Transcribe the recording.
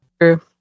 true